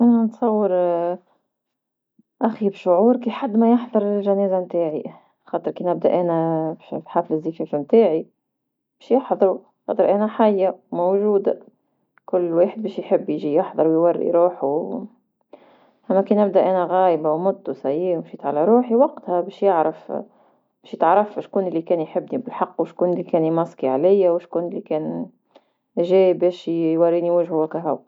انا نتصور أخيب شعور كي حد ما يحضر للجنازة نتاعي، خاطر كي نبدا أنا باش نحضر زفاف نتاعي باش يحضرو خاطر انا حية موجودة كل واحد باش يحب يجي يحضر ويوري روحو أما كي نبدا أنا غايبة ومت ونتها ومشت على روحي وقتها باش يعرف باش تعرف شكون لي كان يحب بلحق وشكون لي كان يماصكي عليا وشكون لي كان جاي باش يوريني وجهك وكا هوا.